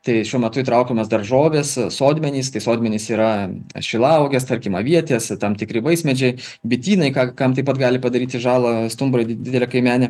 tai šiuo metu įtraukiamos daržovės sodmenys sodmenys yra šilauogės tarkim avietės tam tikri vaismedžiai bitynai ką kam taip pat gali padaryti žalą stumbrai didelė kaimenė